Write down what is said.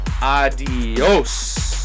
Adios